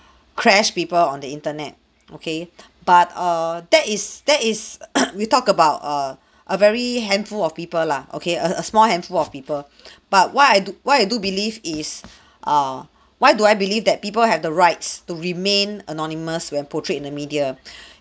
crash people on the internet okay but err that is that is we talk about err a very handful of people lah okay a a small handful of people but what I do what I do believe is err why do I believe that people have the rights to remain anonymous when portrayed in the media